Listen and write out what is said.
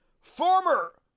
former